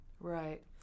Right